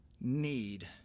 need